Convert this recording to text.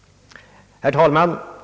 Herr talman!